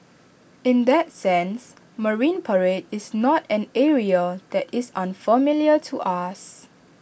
in that sense marine parade is not an area that is unfamiliar to us